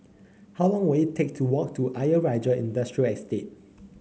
how long will it take to walk to Ayer Rajah Industrial Estate